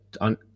on